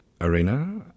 arena